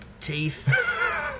teeth